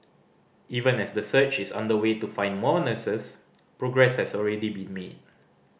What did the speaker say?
even as the search is underway to find more nurses progress has already been made